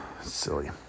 Silly